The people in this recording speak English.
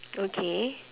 okay